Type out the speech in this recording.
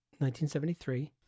1973